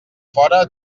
fora